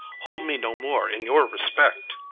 hold me no more in your respect.